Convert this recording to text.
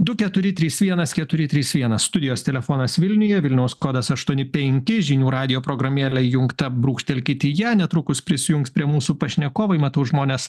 du keturi trys vienas keturi trys vienas studijos telefonas vilniuje vilniaus kodas aštuoni penki žinių radijo programėlė įjungta brūkštelkit į ją netrukus prisijungs prie mūsų pašnekovai matau žmonės